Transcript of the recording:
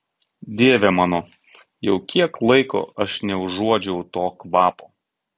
dieve mano jau kiek laiko aš neuodžiau to kvapo